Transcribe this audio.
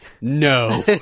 No